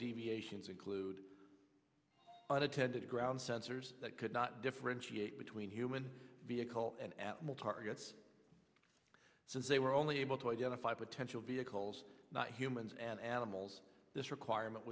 deviations include unintended ground sensors that could not differentiate between human being call an atmel targets since they were only able to identify potential vehicles not humans and animals this requirement